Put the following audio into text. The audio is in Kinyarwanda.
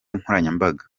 nkoranyambaga